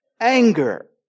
Anger